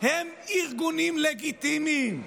הם ארגונים לגיטימיים.